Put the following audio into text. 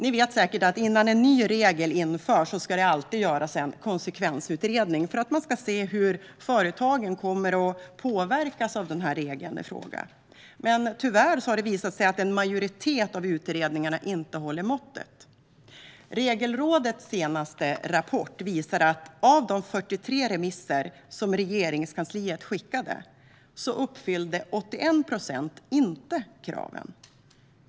Ni vet säkert att innan en ny regel införs ska det alltid göras en konsekvensutredning för att man ska se hur företagen kommer att påverkas av regeln i fråga. Tyvärr har det visat sig att en majoritet av utredningarna inte håller måttet. Regelrådets senaste rapport visar att av de 43 remisser som Regeringskansliet skickade uppfyllde 81 procent inte kraven.